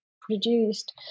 produced